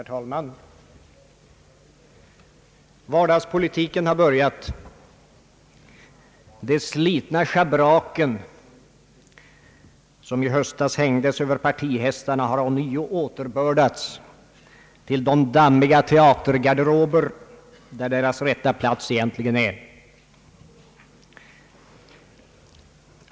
Herr talman! Vardagspolitiken har börjat. De slitna schabraken, som i höstas hängdes över partihästarna, har ånyo återbördats till de dammiga teatergarderober där deras rätta plats egentligen är.